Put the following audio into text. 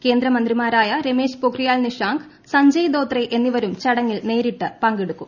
കേന്ദ്ര മന്ത്രിമാരായ രമേശ് പൊക്രിയൽ നിഷാങ്ക് സഞ്ജയ് ദോത്രെ എന്നിവരും ചടങ്ങിൽ നേരിട്ട് പങ്കെടുക്കും